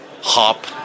hop